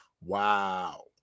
Wow